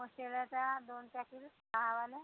मशेराच्या दोन पॅकीट दहावाल्या